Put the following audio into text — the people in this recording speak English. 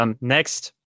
Next